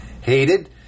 hated